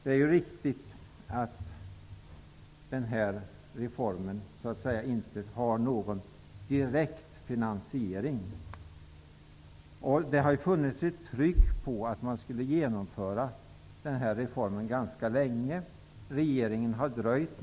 Det är ju riktigt att reformen inte har någon direkt finansiering. Det har funnits ett tryck på att genomföra denna reform sedan länge. Regeringen har dröjt.